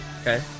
Okay